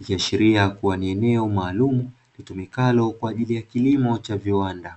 ikiashiria kuwa ni eneo maalumu litumikalo kwa ajili ya kilimo cha viwanda.